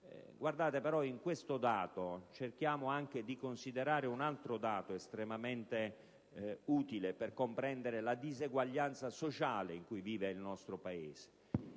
di questo dato, però, cerchiamo di considerarne anche un altro, estremamente utile per comprendere la disuguaglianza sociale in cui vive il nostro Paese: